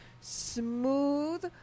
smooth